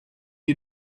are